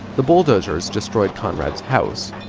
the bulldozers destroyed conrad's house,